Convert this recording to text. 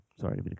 Sorry